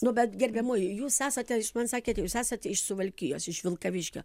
nu bet gerbiamoji jūs esate iš man sakėte jūs esate iš suvalkijos iš vilkaviškio